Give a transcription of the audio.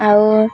ଆଉ